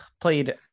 played